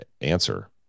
answer